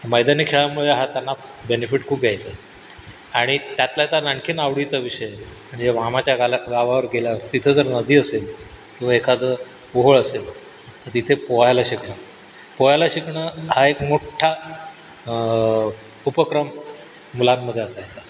मैदानी खेळांमुळे हा त्यांना बेनिफीट खूप यायचा आणि त्यातल्या त्यात आणखी आवडीचा विषय म्हणजे मामाच्या गाला गावावर गेल्यावर तिथं जर नदी असेल किवा एखादं ओहोळ असेल तर तिथे पोहायला शिकणं पोहायला शिकणं हा एक मोठ्ठा उपक्रम मुलांमध्ये असायचा